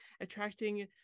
attracting